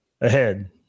ahead